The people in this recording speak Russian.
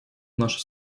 наши